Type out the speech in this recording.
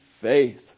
faith